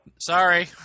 Sorry